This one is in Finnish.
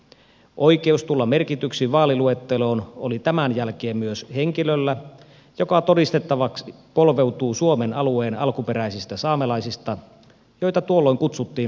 oikeus tulla merkityksi vaaliluetteloon oli tämän jälkeen myös henkilöllä joka todistettavasti polveutuu suomen alueen alkuperäisistä saamelaisista joita tuolloin kutsuttiin lappalaisiksi